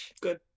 Good